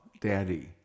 Daddy